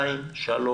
2, 3,